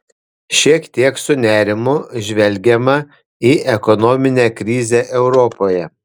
šiek tiek su nerimu žvelgiama į ekonominę krizę europoje